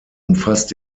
umfasst